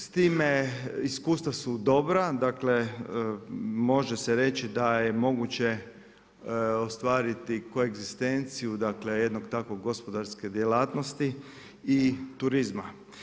S time iskustva su dobra, dakle, može se reći da je moguće ostvariti koegzistenciju, dakle, jednog takve gospodarske djelatnosti i turizma.